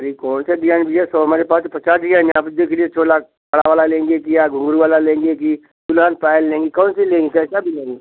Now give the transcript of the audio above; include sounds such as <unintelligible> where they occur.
अरे कौन सा डिजाइन भइया सब हमारे पास तो पचास डिजाइन है यहाँ पे देख लीजिए <unintelligible> बड़ा वाला लेंगे कि या घुँघरू वाला लेंगी कि दुल्हन पायल लेंगी कौन सी लेंगी कैसा डिजाइन